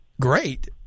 great